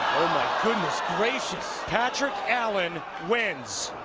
goodness gracious. patrick allen wins.